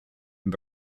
and